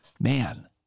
man